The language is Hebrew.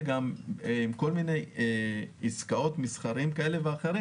גם עם כל מיני עסקאות מסחריות כאלה ואחרות,